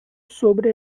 sobre